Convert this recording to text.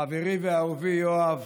חברי ואהובי יואב,